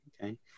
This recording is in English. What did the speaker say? okay